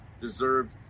deserved